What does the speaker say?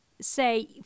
say